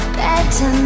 better